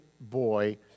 boy